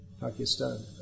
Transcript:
Pakistan